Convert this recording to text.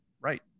right